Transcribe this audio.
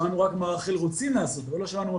שמענו רק מה רח"ל רוצים לעשות ולא שמענו מה